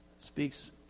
speaks